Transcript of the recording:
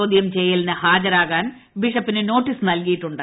ചോദ്യം ചെയ്യലിന് ഹാജരാക്കാൻ ബിഷപ്പിന് നോട്ടീസ് നൽകിയിട്ടുണ്ട്